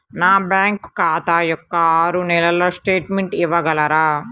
నా బ్యాంకు ఖాతా యొక్క ఆరు నెలల స్టేట్మెంట్ ఇవ్వగలరా?